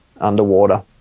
underwater